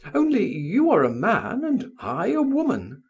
only you are a man and i a woman,